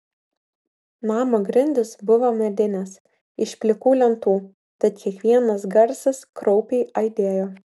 namo grindys buvo medinės iš plikų lentų tad kiekvienas garsas kraupiai aidėjo